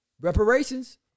Reparations